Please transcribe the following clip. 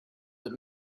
that